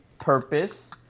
purpose